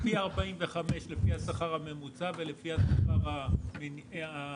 פי 45 לפי השכר הממוצע ולפי שכר הממוצע.